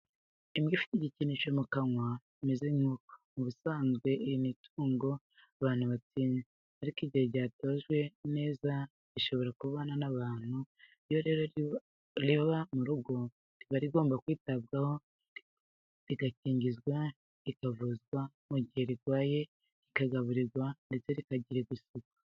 Imbwa ifite igikinisho mu kanwa kimeze nk'inkoko, mu busanzwe iri ni itungo abantu batinya, ariko igihe ryatojwe neza rishobora kubana n'abantu iyo rero riba mu rugo riba rigomba kwitabwaho rigakingizwa rikavuzwa mu gihe rirwaye rikagaburirwa ndetse rikagirirwa isuku.